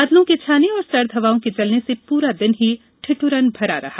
बादलों के छाने और सर्द हवाओं के चलने से पूरा दिन ही ठिदुरन भरा रहा